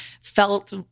felt